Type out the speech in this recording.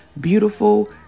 beautiful